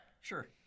Sure